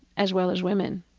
as well as women.